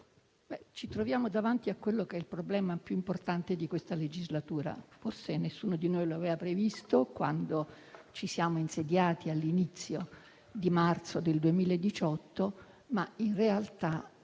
ci troviamo davanti al problema più importante di questa legislatura: forse nessuno di noi lo aveva previsto quando ci siamo insediati all'inizio di marzo del 2018, ma in realtà